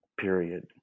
period